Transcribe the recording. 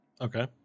Okay